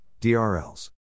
DRLs